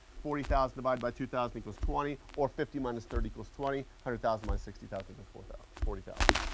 forty thousand divided by two thousand equals twenty, or fifty minus thirty equals twenty. one hundred thousand minus sixty thousand equals forty ah forty thousand.